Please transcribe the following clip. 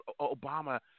Obama